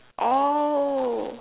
oh